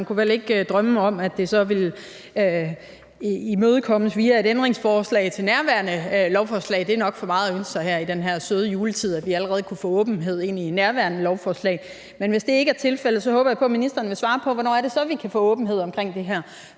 man kunne vel ikke drømme om, at det så ville imødekommes via et ændringsforslag til nærværende lovforslag; det er nok for meget at ønske sig her i den søde juletid, at vi allerede kunne få åbenhed ind i nærværende lovforslag – men hvis det ikke er tilfældet, håber jeg, at ministeren vil svare på: Hvornår er det så, at vi kan få åbenhed om det her?